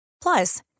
Plus